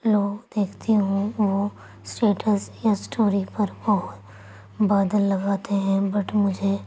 لوگ دیکھتی ہوں وہ سٹیٹس یا سٹوری پر بہت بادل لگاتے ہیں بٹ مجھے